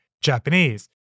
Japanese